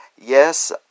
Yes